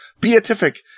beatific